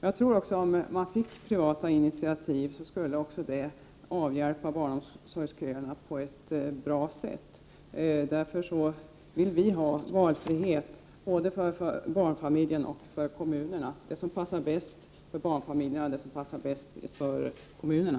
Jag tror också att om man fick privata initiativ skulle också det avhjälpa barnomsorgsköerna på ett bra sätt. Därför vill vi ha valfrihet både för barnfamiljerna och för kommunerna, dvs. det som passar bäst för barnfamiljerna och det som passar bäst för kommunerna.